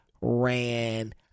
ran